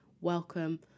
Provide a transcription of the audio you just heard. welcome